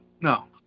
no